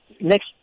next